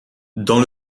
dans